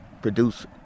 produce